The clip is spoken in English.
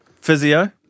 Physio